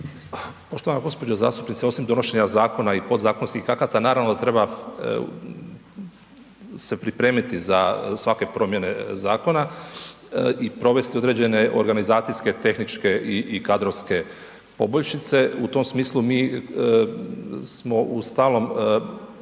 Poštovana gospođo zastupnice osim donošenja zakona i podzakonskih akata naravno da treba se pripremiti za svake promjene zakona i provesti određene organizacijske, tehničke i kadrovske poboljšice. U tom smislu smo u stalnom